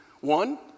One